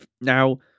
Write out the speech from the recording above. Now